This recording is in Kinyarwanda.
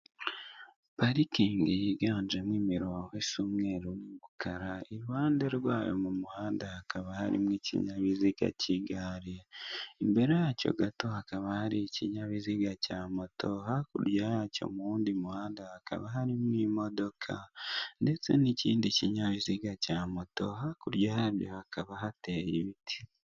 Parikingi yiganjemo imironko isa umweru n'umukara. Iruhande rwayo mu muhanda hakaba harimo ikinyabiziga cy'igare, imbere yacyo gato hakaba hari ikinyabiziga cya moto , hakurya yacyo mu wumundi mu handa hakaba hari mo imodoka ndetse n'ikindi kinyabiziga cya moto, hakurya yabyo hakaba hateye ibiti.